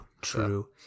true